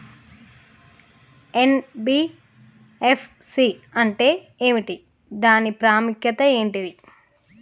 NBFC అంటే ఏమిటి దాని ప్రాముఖ్యత ఏంటిది?